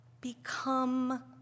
Become